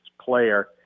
player